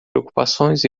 preocupações